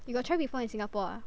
you got try before in Singapore ah